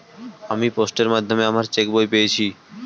আমি পোস্টের মাধ্যমে আমার চেক বই পেয়েছি